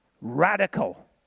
Radical